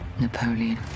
Napoleon